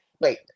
wait